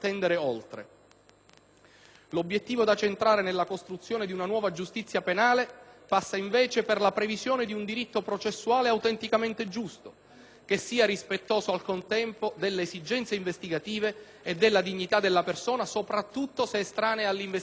L'obiettivo da centrare nella costruzione di una nuova giustizia penale passa, invece, per la previsione di un diritto processuale autenticamente giusto, che sia rispettoso al contempo delle esigenze investigative e della dignità della persona, soprattutto se estranea all'investigazione.